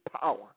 power